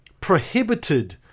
prohibited